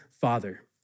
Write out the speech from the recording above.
Father